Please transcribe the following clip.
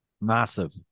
Massive